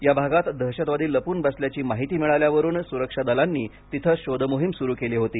या भागात दहशतवादी लपून बसल्याची माहिती मिळाल्यावरून सुरक्षा दलांनी तिथं शोधमोहीम सुरु केली होती